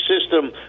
system